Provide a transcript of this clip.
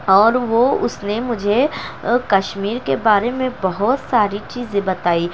اور وہ اس نے مجھے کشمیر کے بارے میں بہت ساری چیزیں بتائی